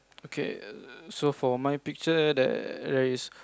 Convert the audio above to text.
okay so for my picture there is